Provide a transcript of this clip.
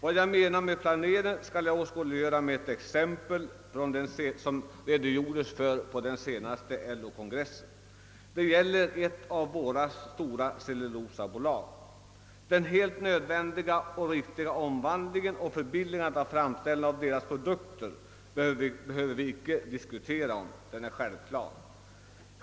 Låt mig för att åskådliggöra vad jag menar med planering ta ett exempel från den senaste LO-kongressen. Det gäller ett av våra stora cellulosabolag. Att en omläggning och ett förbilligande av framställningen av dessa företags produkter är något nödvändigt och riktigt behöver vi icke diskutera; det är självklart.